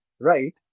right